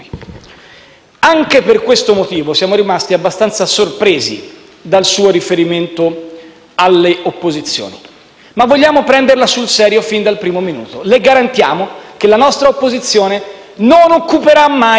Anche per questo motivo siamo rimasti abbastanza sorpresi dal suo riferimento alle opposizioni; ma vogliamo prenderla sul serio fin dal primo minuto. Le garantiamo che la nostra opposizione non occuperà mai,